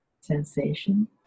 sensation